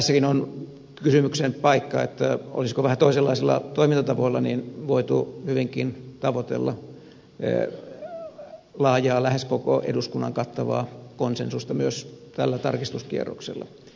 tässäkin on kysymyksen paikka olisiko vähän toisenlaisilla toimintatavoilla voitu hyvinkin tavoitella laajaa lähes koko eduskunnan kattavaa konsensusta myös tällä tarkistuskierroksella